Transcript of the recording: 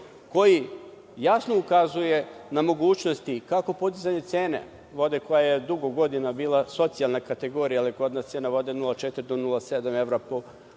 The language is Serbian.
koji jasno ukazuje na mogućnosti, kako podizanje cene vode koja je dugo godina bila socijalne kategorije, kod nas je cena vode od 0,4 do 0,7 evra na